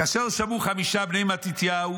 וכאשר שמעו חמשה בני מתתיהו,